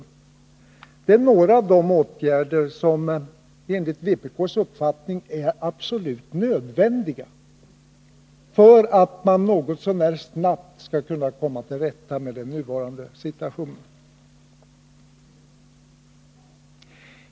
Detta är några av de åtgärder som enligt vpk:s uppfattning är absolut nödvändiga för att man något så när snabbt skall kunna komma till rätta med den nuvarande situationen.